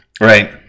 Right